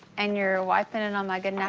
and you're wiping it on like and my